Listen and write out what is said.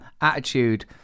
attitude